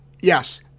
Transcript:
Yes